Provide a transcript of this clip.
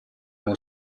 uno